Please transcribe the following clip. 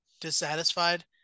dissatisfied